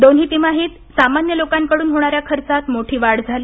दोन्ही तिमाहीत सामान्य लोकांकडून होणाऱ्या खर्चात मोठी वाढ झाली